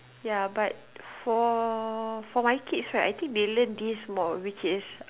ya but for for my kids right I think they learn this more which is